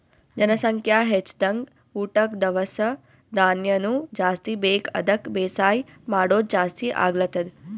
ಜನಸಂಖ್ಯಾ ಹೆಚ್ದಂಗ್ ಊಟಕ್ಕ್ ದವಸ ಧಾನ್ಯನು ಜಾಸ್ತಿ ಬೇಕ್ ಅದಕ್ಕ್ ಬೇಸಾಯ್ ಮಾಡೋದ್ ಜಾಸ್ತಿ ಆಗ್ಲತದ್